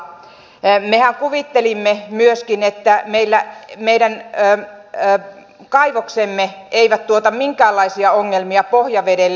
mehän kuvittelimme myöskin että meidän kaivoksemme eivät tuota minkäänlaisia ongelmia pohjavedelle